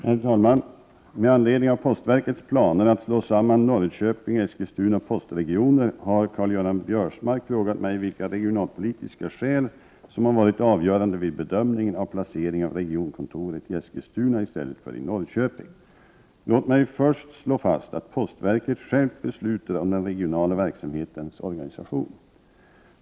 Herr talman! Med anledning av postverkets planer att slå samman Norrköpings och Eskilstuna postregion har Karl-Göran Biörsmark frågat mig vilka regionalpolitiska skäl som har varit avgörande vid bedömningen av placeringen av regionkontoret i Eskilstuna i stället för i Norrköping. Låt mig först slå fast att postverket självt beslutar om den regionala verksamhetens organisation.